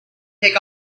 take